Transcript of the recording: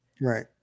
Right